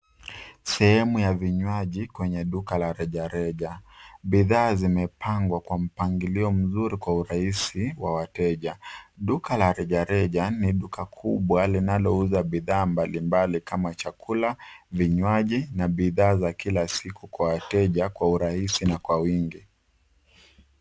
Sehemu ya vinywaji kwenye duka la rejareja. Bidhaa zimepangwa kwa mpangilio mzuri kwa urahisi kwa wateja. Duka la rejareja ni duka kubwa linalouza bidhaa mbalimbali kama chakula, vinywaji na bidhaa za kila siku kwa wateja kwa urahisi na kwa wingi.